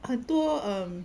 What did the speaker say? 很多 um